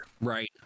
Right